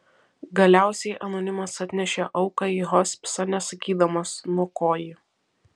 galiausiai anonimas atnešė auką į hospisą nesakydamas nuo ko ji